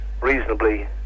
reasonably